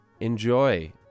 enjoy